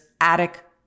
attic